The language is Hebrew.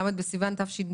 ל' בסיון התשפ"ב,